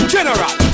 General